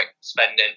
spending